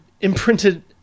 imprinted